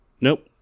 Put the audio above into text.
Nope